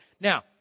Now